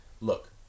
look